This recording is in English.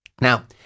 Now